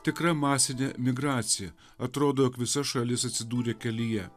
tikra masinė migracija atrodo jog visa šalis atsidūrė kelyje